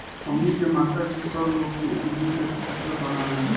हमनी के माता जी सब लोग के एही से सूटर बनावेली